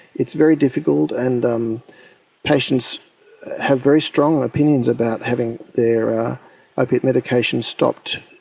it's very difficult and um patients have very strong opinions about having their opiate medication stopped.